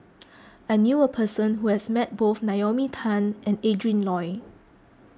I knew a person who has met both Naomi Tan and Adrin Loi